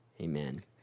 Amen